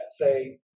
say